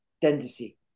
tendency